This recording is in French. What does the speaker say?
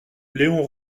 léon